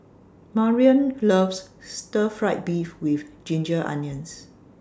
Marrion loves Stir Fried Beef with Ginger Onions